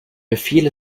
befehl